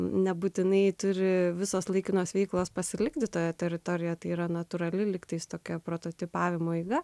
nebūtinai turi visos laikinos veiklos pasilikti toje teritorijoje tai yra natūrali lygtais tokia prototipavimo eiga